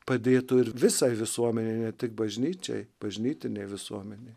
padėtų ir visai visuomenei ne tik bažnyčiai bažnytinei visuomenei